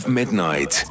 midnight